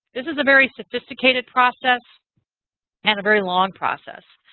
this is a very sophisticated process and a very long process.